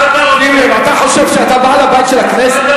שים לב, אתה חושב שאתה בעל הבית של הכנסת?